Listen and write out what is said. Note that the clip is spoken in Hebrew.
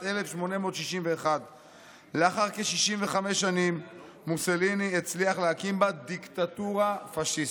1861. לאחר כ-65 שנים מוסוליני הצליח להקים בה דיקטטורה פשיסטית.